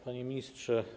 Panie Ministrze!